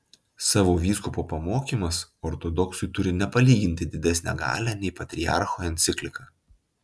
savo vyskupo pamokymas ortodoksui turi nepalyginti didesnę galią nei patriarcho enciklika